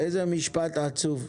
איזה משפט עצוב.